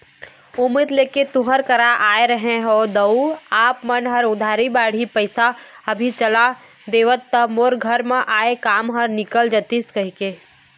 उम्मीद लेके तुँहर करा आय रहें हँव दाऊ आप मन ह उधारी बाड़ही पइसा अभी चला देतेव त मोर घर म आय काम ह निकल जतिस कहिके